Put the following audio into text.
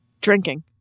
Drinking